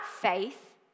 faith